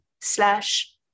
slash